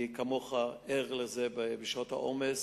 אני, כמוך, ער לזה, לשעות העומס,